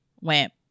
went